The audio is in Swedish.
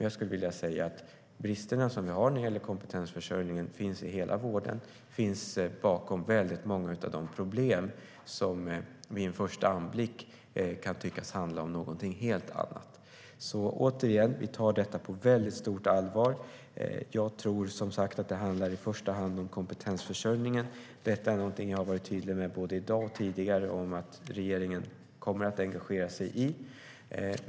Jag skulle vilja säga att de brister som vi har när det gäller kompetensförsörjningen finns i hela vården och finns bakom många av de problem som vid en första anblick kan tyckas handla om något helt annat. Återigen: Vi tar detta på mycket stort allvar. Jag tror som sagt att det i första hand handlar om kompetensförsörjningen. Jag har både i dag och tidigare varit tydlig med att regeringen kommer att engagera sig i detta.